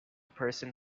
person